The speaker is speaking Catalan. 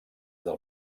del